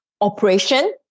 operation